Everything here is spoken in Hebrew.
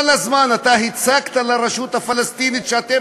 כל הזמן אתה הצקת לרשות הפלסטינית: אתם